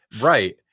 Right